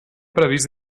previst